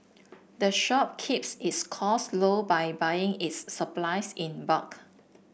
the shop keeps its costs low by buying its supplies in bulk